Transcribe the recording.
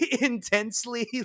intensely